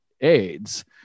AIDS